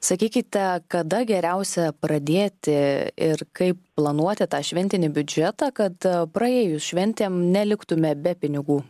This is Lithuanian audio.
sakykite kada geriausia pradėti ir kaip planuoti tą šventinį biudžetą kad praėjus šventėm neliktumėme be pinigų